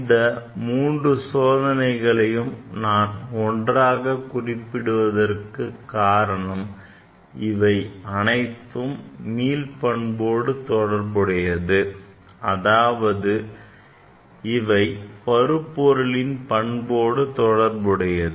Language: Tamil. இந்த மூன்று சோதனைகளையும் நான் ஒன்றாக குறிப்பிடுவதற்கு காரணம் அவை அனைத்தும் மீள் பண்போடு தொடர்புடையது அதாவது இவை பருப்பொருளின் பண்போடு தொடர்புடையது